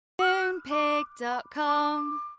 Moonpig.com